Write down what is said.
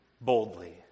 boldly